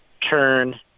turn